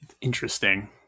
Interesting